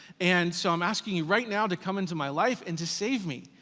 and so i'm asking you right now to come into my life and to save me.